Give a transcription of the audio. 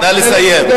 נא לסיים.